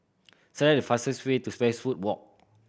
select the fastest way to Westwood Walk